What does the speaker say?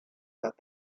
that